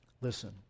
Listen